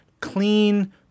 clean